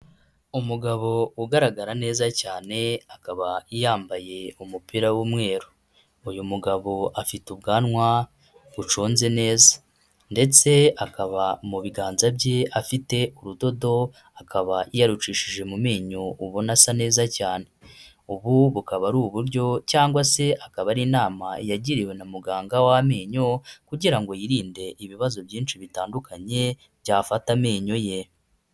Umugabo ugaragara neza cyane, akaba yambaye umupira w'umweru. Uyu mugabo afite ubwanwa buconze neza ndetse akaba mu biganza bye afite urudodo, akaba yarucishije mu menyo ubona asa neza cyane. Ubu bukaba ari uburyo cyangwa se akaba ari inama yagiriwe na muganga w'amenyo kugira ngo yirinde ibibazo byinshi bitandukanye byafata amenyo ye.